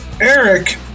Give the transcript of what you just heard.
Eric